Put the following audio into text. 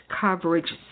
coverage